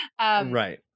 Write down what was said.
Right